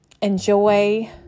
enjoy